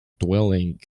dwelling